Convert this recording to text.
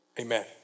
amen